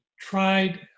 tried